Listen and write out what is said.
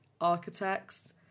Architects